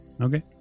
Okay